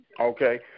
Okay